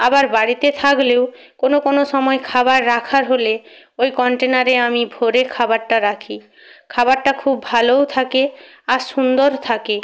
আবার বাড়িতে থাকলেও কোনও কোনও সময় খাবার রাখার হলে ওই কন্টেনারে আমি ভরে খাবারটা রাখি খাবারটা খুব ভালোও থাকে আর সুন্দর থাকে